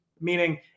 Meaning